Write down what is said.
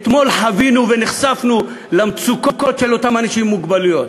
שאתמול חווינו ונחשפנו למצוקות של אותם אנשים עם מוגבלויות.